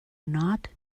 not